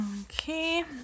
Okay